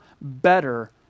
better